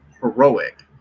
heroic